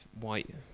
white